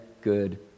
good